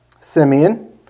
Simeon